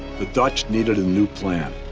the dutch needed a new plan.